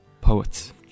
Poets